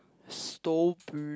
stupid